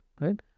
right